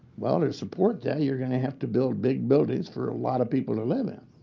well, to support that, you're going to have to build big buildings for a lot of people to live in.